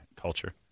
culture